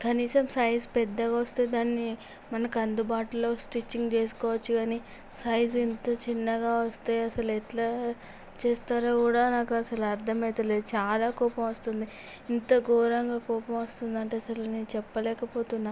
కనీసం సైజు పెద్దగా వస్తే దాన్ని మనకు అందుబాటులో స్టిచ్చింగ్ చేసుకోవచ్చు కాని సైజు ఎంత చిన్నగా వస్తే అసలు ఎట్లా చేస్తారో కూడా నాకు అసలు అర్థం అయితలేదు చాలా కోపం వస్తుంది ఇంత ఘోరంగా కోపం వస్తుందంటే అసలు నేను చెప్పలేకపోతున్నాను